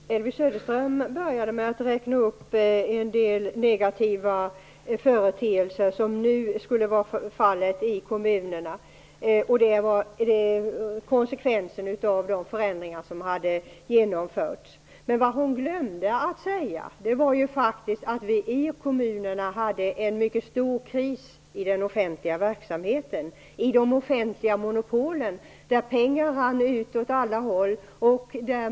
Herr talman! Elvy Söderström började sitt anförande med att räkna upp en del negativa företeelser som nu skulle vara för handen i kommunerna. Det här skulle vara konsekvensen av de förändringar som genomförts. Men Elvy Söderström glömde att säga att vi i kommunerna hade en mycket stor kris i den offentliga verksamheten, i de offentliga monopolen -- pengar rann ut åt alla håll.